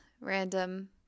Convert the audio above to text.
random